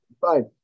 Fine